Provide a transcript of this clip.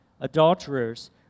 adulterers